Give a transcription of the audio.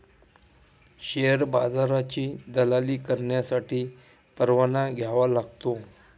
share बाजाराची दलाली करण्यासाठी परवाना घ्यावा लागतो